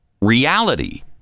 reality